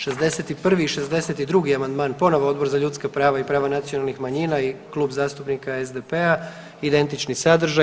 61. i 62. amandman ponovno Odbor za ljudska prava i prava nacionalnih manjina i Klub zastupnika SDP-a, identični sadržaj.